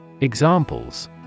Examples